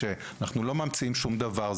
לכן אנחנו לא ממציאים שום דבר.